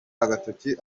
agatoki